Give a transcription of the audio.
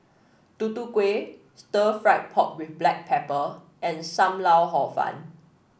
Tutu Kueh Stir Fried Pork with Black Pepper and Sam Lau Hor Fun